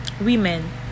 women